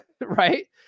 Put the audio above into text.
right